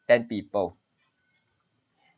ten people